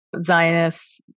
Zionists